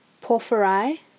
porphyry